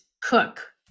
cook